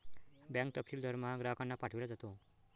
bank तपशील दरमहा ग्राहकांना पाठविला जातो